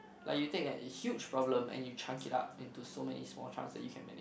like you take a huge problem and you chunk it up into so many small chunks that you can manage